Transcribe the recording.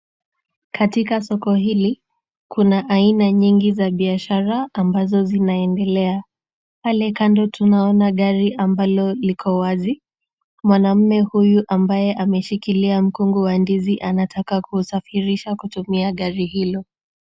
Katika soko hili kuna aina nyingi za biashara ambazo zinaendelea. Pale kando tunaona gari ambalo liko wazi. Mwanamme huyu ambaye ameshikilia mkungu wa ndizi anataka kusafirisha kutumia gari hilo.